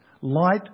Light